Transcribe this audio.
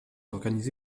organisé